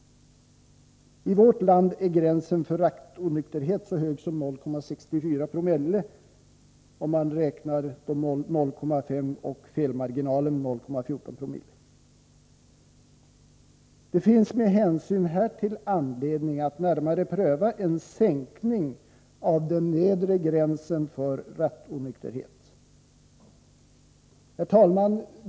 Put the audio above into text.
I vårt land är gränsen för rattonykterhet så hög som 0,64 900 — jag räknar då med 0,5 Zoo plus en felmarginal om 0,14 9te. Det finns med hänsyn härtill anledning att närmare pröva en sänkning av den nedre gränsen för rattonykterhet. Herr talman!